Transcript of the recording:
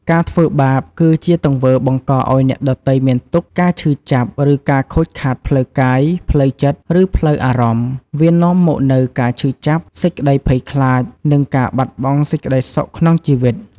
ការធ្វើបាប គឺជាទង្វើបង្កឲ្យអ្នកដទៃមានទុក្ខ ការឈឺចាប់ ឬការខូចខាតផ្លូវកាយ ផ្លូវចិត្ត ឬផ្លូវអារម្មណ៍ វានាំមកនូវការឈឺចាប់ សេចក្តីភ័យខ្លាច និងការបាត់បង់សេចក្តីសុខក្នុងជីវិត។